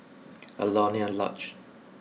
Alaunia Lodge